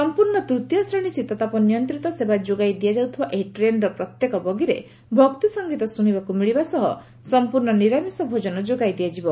ସମ୍ପର୍ଣ୍ଣ ତୂତୀୟ ଶ୍ରେଣୀ ଶୀତତାପ ନିୟନ୍ତିତ ସେବା ଯୋଗାଇ ଦିଆଯାଉଥିବା ଏହି ଟ୍ରେନ୍ର ପ୍ରତ୍ୟେକ ବଗିରେ ଭକ୍ତିସଂଗୀତ ଶୁଶିବାକୁ ମିଳିବା ସହ ସମ୍ପୂର୍ଣ୍ଣ ନିରାମିଷ ଭୋଜନ ଯୋଗାଇ ଦିଆଯିବ